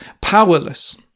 powerless